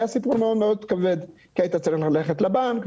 היה סיפור מאוד מאוד כבד כי היית צריך ללכת לבנק,